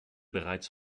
bereits